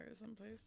someplace